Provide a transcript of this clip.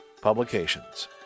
publications